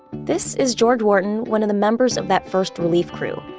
this is george wharton, one of the members of that first relief crew.